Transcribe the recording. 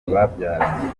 babyaranye